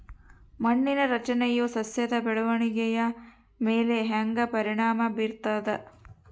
ಮಣ್ಣಿನ ರಚನೆಯು ಸಸ್ಯದ ಬೆಳವಣಿಗೆಯ ಮೇಲೆ ಹೆಂಗ ಪರಿಣಾಮ ಬೇರ್ತದ?